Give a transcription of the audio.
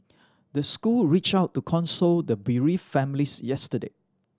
the school reach out to console the bereave families yesterday